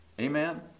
Amen